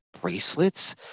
bracelets